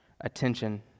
attention